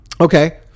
Okay